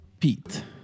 Pete